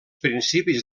principis